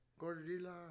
Godzilla